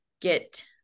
get